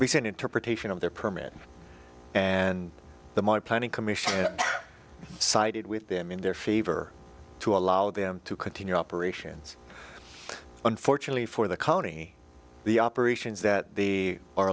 recent interpretation of their permit and the my planning commission sided with them in their favor to allow them to continue operations unfortunately for the county the operations that the are